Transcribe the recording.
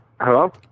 Hello